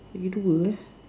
lagi dua eh